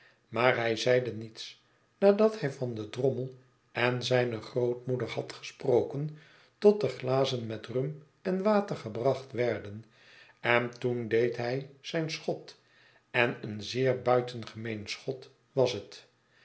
maar hij zeide niets nadat hij van den drommel en zijne grootmoeder had gesproken tot de glazen met rum en water gebracht werden en toen deed hij zyn schot en een zeer buitengemeen schot was het